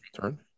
turn